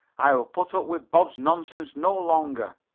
i will put up with bob's nonsense no longer.